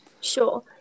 Sure